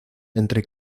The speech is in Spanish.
entre